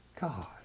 God